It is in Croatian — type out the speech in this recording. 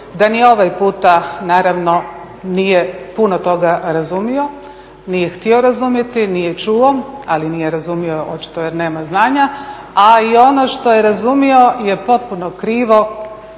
da ni ovaj puta naravno nije puno toga razumio, nije htio razumjeti, nije čuo. Ali nije razumio očito jer nema znanja, a i ono što je razumio je potpuno krivo